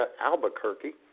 Albuquerque